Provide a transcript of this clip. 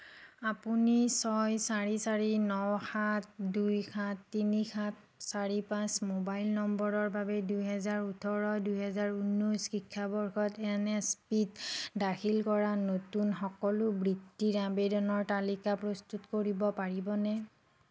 আপুনি ছয় চাৰি চাৰি ন সাত দুই সাত তিনি সাত চাৰি পাঁচ মোবাইল নম্বৰৰ বাবে দুহেজাৰ ওঠৰ দুহেজাৰ ঊনৈশ শিক্ষাবৰ্ষত এন এছ পিত দাখিল কৰা নতুন সকলো বৃত্তিৰ আবেদনৰ তালিকা প্ৰস্তুত কৰিব পাৰিবনে